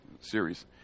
series